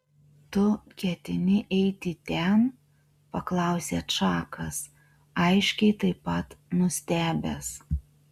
tu ketini eiti ten paklausė čakas aiškiai taip pat nustebęs